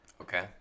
Okay